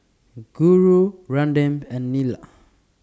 Guru Ramdev and Neila